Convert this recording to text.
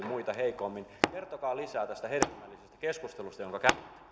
muita heikommin kertokaa lisää tästä hedelmällisestä keskustelusta jonka